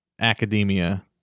academia